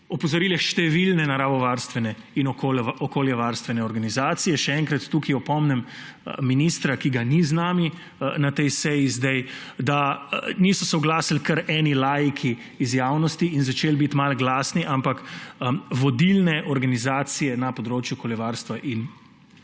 opozorile številne naravovarstvene in okoljevarstvene organizacije. Še enkrat, tukaj opomnim ministra, ki ga ni z nami na tej seji sedaj, da se niso oglasili kar eni laiki iz javnosti in začeli biti malo glasni, ampak vodilne organizacije na področju okoljevarstva in naravovarstva